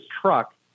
truck